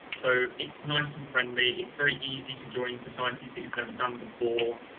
so it's nice and friendly, it's very easy to join societies you've never done before.